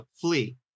flee